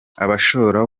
ashobora